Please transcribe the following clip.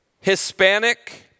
Hispanic